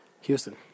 Houston